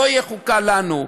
לא תהיה חוקה לנו.